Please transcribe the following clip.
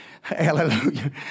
Hallelujah